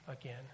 again